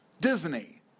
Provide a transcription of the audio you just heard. Disney